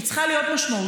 היא צריכה להיות משמעותית,